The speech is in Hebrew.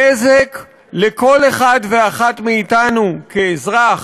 הנזק לכל אחד ואחת מאתנו כאזרח,